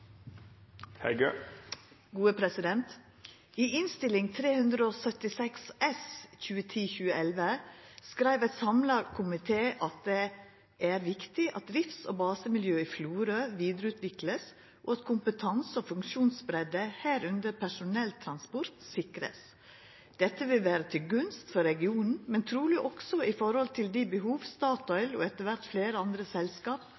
376 S skreiv ein samla komité at det «er viktig at drifts- og basemiljøet i Florø videreutvikles, og at kompetanse- og funksjonsbredde, herunder personelltransport, sikres. Dette vil være til gunst for regionen, men trolig også i forhold til de behov Statoil og etter hvert flere andre selskap